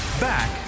Back